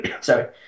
sorry